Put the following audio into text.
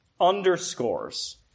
underscores